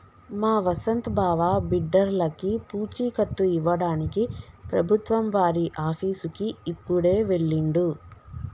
మా వసంత్ బావ బిడ్డర్లకి పూచీకత్తు ఇవ్వడానికి ప్రభుత్వం వారి ఆఫీసుకి ఇప్పుడే వెళ్ళిండు